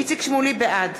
בעד